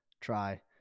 try